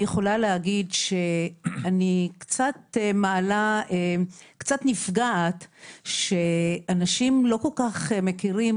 אני יכולה להגיד שאני קצת נפגעת שאנשים לא כל כך מכירים.